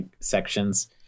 sections